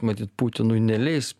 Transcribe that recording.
matyt putinui neleis